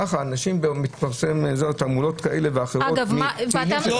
ככה מתפרסמות תעמולות כאלה ואחרות -- אגב --- חברי,